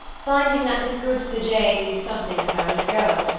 finding that this good sir j. knew something of her when a girl,